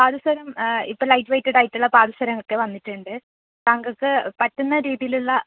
പാദസരം ഇപ്പോൾ ലൈറ്റ് വേയിറ്റഡായിട്ടുള്ള പാദസരമൊക്കെ വന്നിട്ടുണ്ട് താങ്കൾക്ക് പറ്റുന്ന രീതീയിലുള്ള